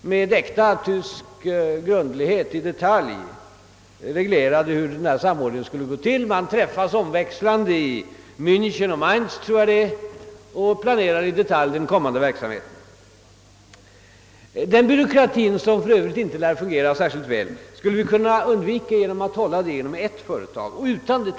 med äkta tysk grundlighet i detalj reglerar denna samordning. Man träffas omväxlande i Mänchen och Mainz och planerar i detalj den kommande verksamheten. Denna byråkrati, som för övrigt inte lär fungera särskilt bra, och denna detaljreglering skulle vi kunna undvika genom att hålla verksamheten inom ett företag.